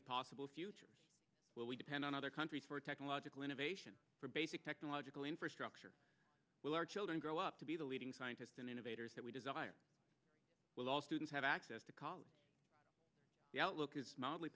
of possible future will we depend on other countries for technological innovation for basic technological infrastructure will our children grow up to be the leading scientists and innovators that we desire with all students have access to the outlook is